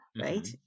right